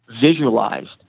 visualized